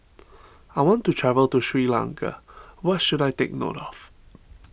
I want to travel to Sri Lanka what should I take note of